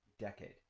decade